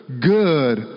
good